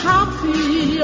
Happy